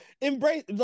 embrace